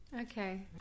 Okay